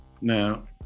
Now